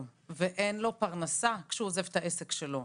ואין לו פרנסה כשהוא עוזב את העסק שלו.